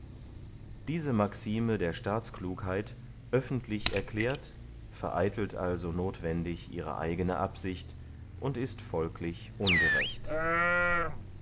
diese maxime der staatsklugheit öffentlich erklärt vereitelt also nothwendig ihre eigene absicht und ist folglich ungerecht